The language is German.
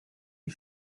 wie